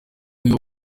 niba